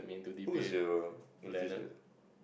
who was your invigilator